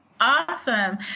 Awesome